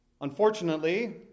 Unfortunately